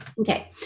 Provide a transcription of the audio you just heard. Okay